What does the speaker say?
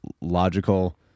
logical